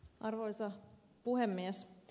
arvoisa puhemies